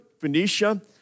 Phoenicia